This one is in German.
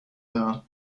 dar